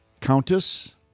Countess